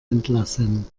entlassen